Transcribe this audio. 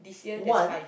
one